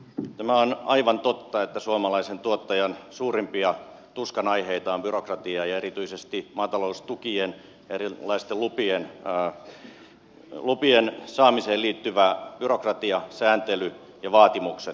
tämä on aivan totta että suomalaisen tuottajan suurimpia tuskan aiheita on byrokratia ja erityisesti maataloustukien ja erilaisten lupien saamiseen liittyvä byrokratia sääntely ja vaatimukset